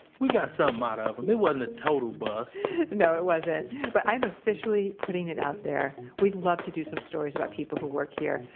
we got something out of him. it wasn't a total bust no, it wasn't, but i am officially putting it out there we'd love to do some stories about people who work here.